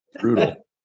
brutal